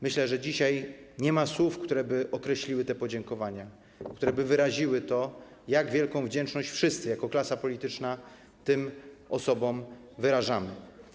Myślę, że dzisiaj nie ma słów, które by wyraziły te podziękowania i które by wyraziły to, jak wielką wdzięczność my wszyscy jako klasa polityczna tym osobom okazujemy.